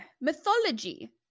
Mythology